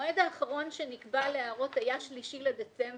המועד האחרון שנקבע להערות היה 3 בדצמבר,